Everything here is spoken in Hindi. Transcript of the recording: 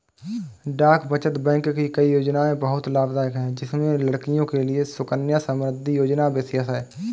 डाक बचत बैंक की कई योजनायें बहुत लाभदायक है जिसमें लड़कियों के लिए सुकन्या समृद्धि योजना विशेष है